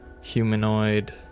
humanoid